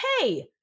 hey